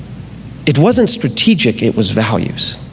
it wasn't strategic, it was values.